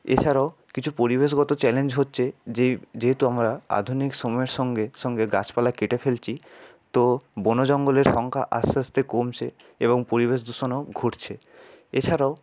এছাড়াও কিছু পরিবেশগত চ্যালেঞ্জ হচ্ছে যে যেহেতু আমরা আধুনিক সময়ের সঙ্গে সঙ্গে গাছপালা কেটে ফেলছি তো বন জঙ্গলের সংখ্যা আস্তে আস্তে কমছে এবং পরিবেশ দূষণও ঘটছে এছাড়াও